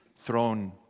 throne